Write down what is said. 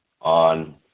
on